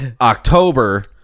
october